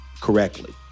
correctly